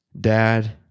Dad